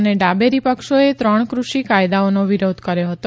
અને ડાબેરી પક્ષોએ ત્રણ કૃષિ કાયદાઓનો વિરોધ કર્યો હતો